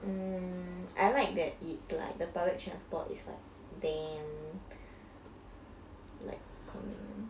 mm I like that it's like the public transport is like damn like convenient